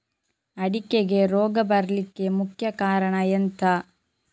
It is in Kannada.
ಅಡಿಕೆಗೆ ರೋಗ ಬರ್ಲಿಕ್ಕೆ ಮುಖ್ಯ ಕಾರಣ ಎಂಥ?